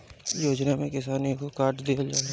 इ योजना में किसान के एगो कार्ड दिहल जाला